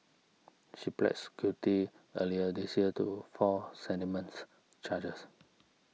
she pleads guilty earlier this year to four sentiments charges